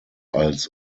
als